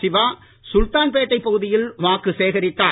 சிவா சுல்தான் பேட்டை பகுதியில் வாக்கு சேகரித்தார்